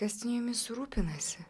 kas jumis rūpinasi